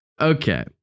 Okay